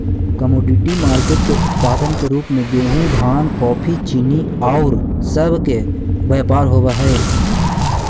commodity market के उत्पाद के रूप में गेहूं धान कॉफी चीनी औउर सब के व्यापार होवऽ हई